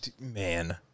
Man